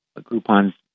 Groupon's